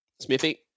Smithy